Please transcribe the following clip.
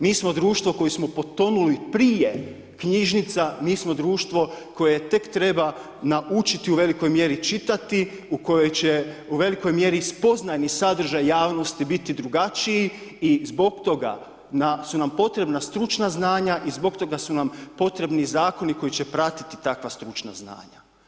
Mi smo društvo koje smo potonuli prije knjižnica, mi smo društvo koje tek treba naučiti u velikoj mjeri čitati u kojoj će u velikoj mjeri spoznajni sadržaj javnosti biti drugačiji i zbog toga su nam potrebna stručna znanja i zbog toga su nam potrebni zakoni koji će pratiti takva stručna znanja.